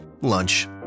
Lunch